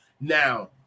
Now